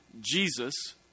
Jesus